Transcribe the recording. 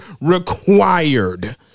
required